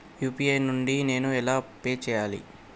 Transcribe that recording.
UPI నుండి నేను ఎలా పే చెయ్యాలి?